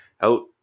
out